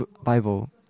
Bible